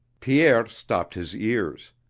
pierre stopped his ears.